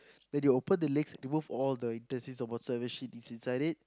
then you open the legs remove all the intestine or whatsoever shit is inside it